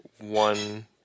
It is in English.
one